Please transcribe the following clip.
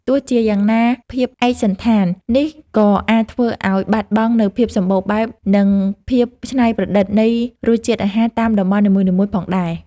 ទោះជាយ៉ាងណាភាពឯកសណ្ឋាននេះក៏អាចធ្វើឲ្យបាត់បង់នូវភាពសម្បូរបែបនិងភាពច្នៃប្រឌិតនៃរសជាតិអាហារតាមតំបន់នីមួយៗផងដែរ។